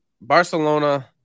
barcelona